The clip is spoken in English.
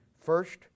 first